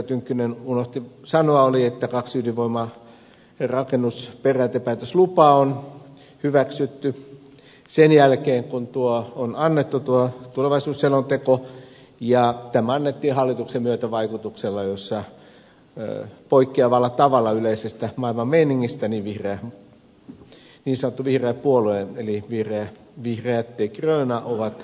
tynkkynen unohti sanoa oli että kaksi ydinvoimanrakennuksen periaatepäätöslupaa on hyväksytty sen jälkeen kun on annettu tuo tulevaisuusselonteko ja tämä annettiin hallituksen myötävaikutuksella jossa poikkeavalla tavalla yleisestä maailman meiningistä niin sanottu vihreä puolue eli vihreät de gröna on hallituspuolueena